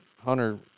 Hunter